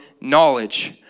knowledge